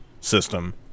system